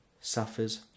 suffers